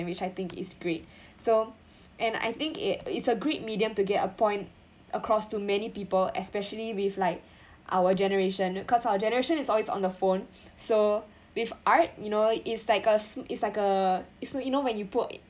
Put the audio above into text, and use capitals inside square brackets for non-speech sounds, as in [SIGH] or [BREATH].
which I think is great so [BREATH] and I think it it's a great medium to get a point across to many people especially with like [BREATH] our generation cause our generation is always on the phone so with art you know it's like a sm~ it's like is a it's you know when you put it